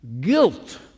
Guilt